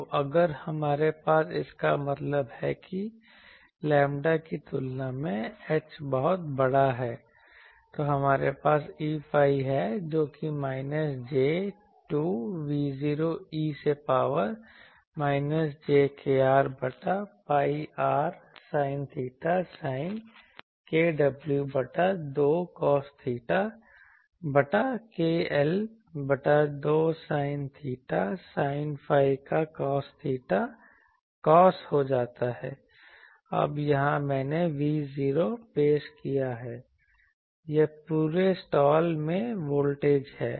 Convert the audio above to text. तो अगर हमारे पास इसका मतलब है कि लैम्ब्डा की तुलना में h बहुत बड़ा है तो हमारे पास Eϕ है जो कि माइनस j 2V0 e से पावर माइनस j kr बटा pi r sin theta sin kw बटा 2 cos theta बटा kl बटा 2 sin theta sin phi का cos theta cos हो जाता है अब यहाँ मैंने V0 पेश किया है यह पूरे स्लॉट में वोल्टेज है